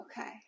Okay